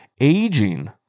aging